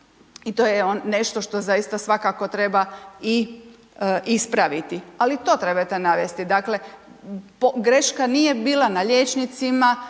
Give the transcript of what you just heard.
i to je nešto što svakako treba i ispraviti, ali to trebate navesti, dakle, greška nije bila na liječnicima,